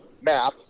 map